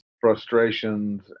frustrations